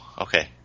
Okay